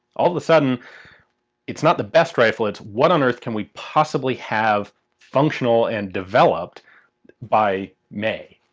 all of a sudden it's not the best rifle, it's what on earth can we possibly have functional and developed by may.